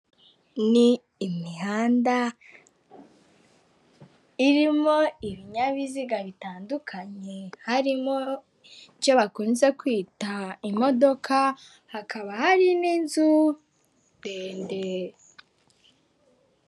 Ni imihanda irimo ibinyabiziga bitandukanye harimo, icyo bakunze kwita imodoka, hakaba hari n'inzu ndende.